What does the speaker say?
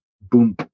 boom